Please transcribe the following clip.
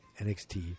NXT